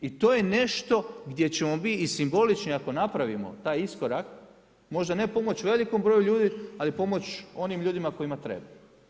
I to je nešto gdje ćemo biti i simbolični ako napravimo taj iskorak, možda ne pomoći velikom broju ljudi ali pomoći onim ljudima kojima treba.